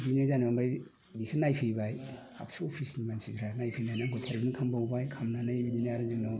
बिदि जानानै एसे नायफैबाय एबसु अफिसनि मानसिफ्रा आंखौ नायफैबाय नायफैनानै ट्रिटमेन्ट खालामबाय खालामनानै आरो बिनि उनाव